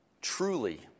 truly